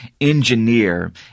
engineer